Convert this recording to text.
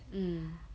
mm